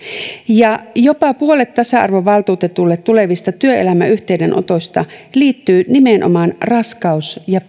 ja jopa puolet tasa arvovaltuutetulle tulevista työelämäyhteydenotoista liittyy nimenomaan raskaus ja